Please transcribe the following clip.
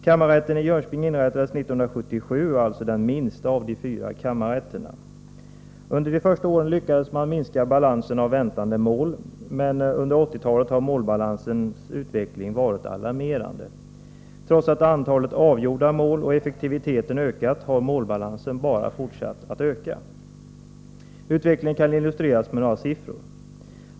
Kammarrätten i Jönköping inrättades 1977 och är alltså den minsta av de fyra kammarrätterna. Under de första åren lyckades man minska balansen av väntande mål, men under 1980-talet har målbalansens utveckling varit alarmerande. Trots att antalet avgjorda mål och effektiviteten ökat har målbalansen bara fortsatt att öka. Utvecklingen kan illustreras med några siffror.